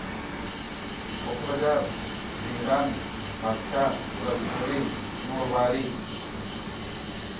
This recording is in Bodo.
क'क्राझार चिरां बाकसा उदालगुरि नलबारि